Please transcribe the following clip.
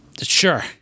Sure